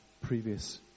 previous